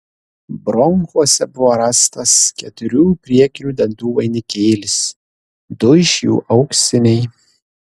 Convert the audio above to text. bronchuose buvo rastas keturių priekinių dantų vainikėlis du iš jų auksiniai